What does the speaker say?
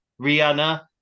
Rihanna